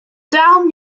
down